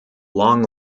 long